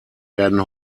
werden